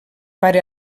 pare